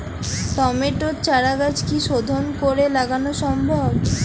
টমেটোর চারাগাছ কি শোধন করে লাগানো সম্ভব?